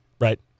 right